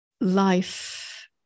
life